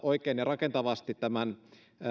oikein ja rakentavasti tämän